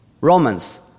Romans